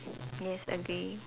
yes agree